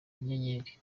inyenyeri